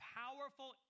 powerful